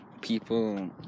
people